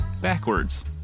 backwards